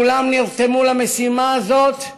כולם נרתמו למשימה הזאת.